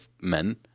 men